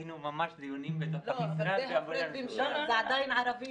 עשינו ממש דיונים בתוך המשרד --- זה עדיין ערבים.